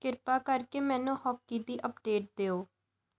ਕਿਰਪਾ ਕਰਕੇ ਮੈਨੂੰ ਹਾਕੀ ਦੀ ਅਪਡੇਟ ਦਿਓ